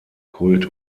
kult